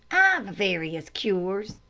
various cures,